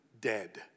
dead